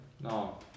No